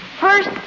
First